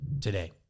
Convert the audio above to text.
today